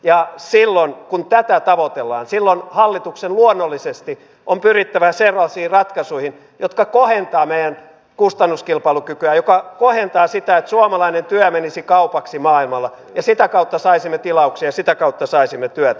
ja silloin kun tätä tavoitellaan hallituksen luonnollisesti on pyrittävä sellaisiin ratkaisuihin jotka kohentavat meidän kustannuskilpailukykyämme mikä kohentaa sitä että suomalainen työ menisi kaupaksi maailmalla ja sitä kautta saisimme tilauksia ja sitä kautta saisimme työtä